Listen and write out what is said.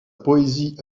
poésie